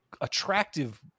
attractive